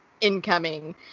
incoming